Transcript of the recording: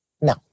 No